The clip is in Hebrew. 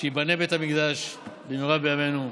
שייבנה בית המקדש במהרה בימינו,